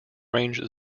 range